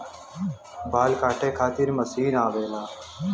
बाल काटे खातिर मशीन आवेला